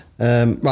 Right